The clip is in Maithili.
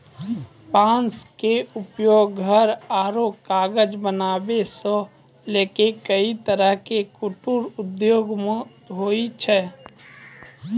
बांस के उपयोग घर आरो कागज बनावै सॅ लैक कई तरह के कुटीर उद्योग मॅ होय छै